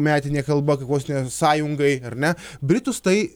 metinė kalba kai vos ne sąjungai ar ne britus tai